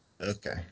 Okay